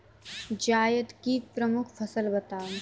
जायद की प्रमुख फसल बताओ